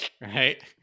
right